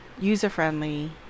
user-friendly